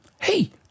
hey